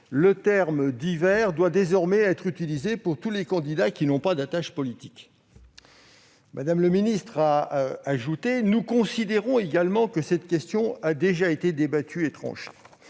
Le terme " divers " doit désormais être utilisé pour tous les candidats qui n'ont pas d'attache politique. » Mme le ministre avait ajouté ceci :« Nous considérons également que cette question a déjà été débattue et tranchée.